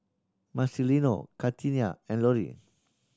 Marcelino Katina and Lorri